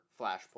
Flashpoint